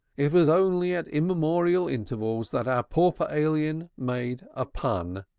it was only at immemorial intervals that our pauper alien made a pun,